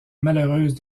malheureuse